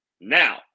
Now